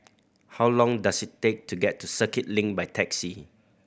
how long does it take to get to Circuit Link by taxi